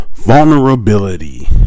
vulnerability